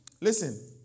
listen